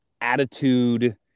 attitude